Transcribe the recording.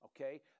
okay